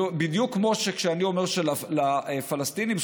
בדיוק כמו שכאשר אני אומר שלפלסטינים יש